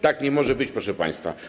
Tak nie może być, proszę państwa.